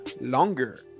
longer